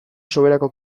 soberako